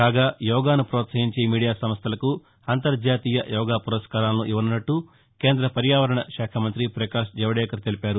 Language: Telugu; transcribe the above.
కాగా యోగాను ప్రోత్సహించే మీడియా సంస్దలకు అంతర్జాతీయ యోగా పురస్కారాలను ఇవ్వనున్నట్లు కేంద్ర పర్యావరణ శాఖ మంత్రి ప్రకాశ్ జావ్దేకర్ తెలిపారు